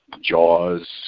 Jaws